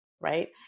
right